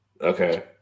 Okay